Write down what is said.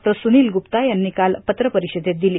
स्रुनील गुप्ता यांनी काल पत्रपरिषदेत दिली